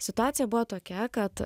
situacija buvo tokia kad